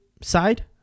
side